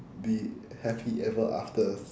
the happy ever afters